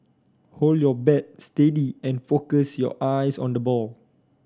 hold your bat steady and focus your eyes on the ball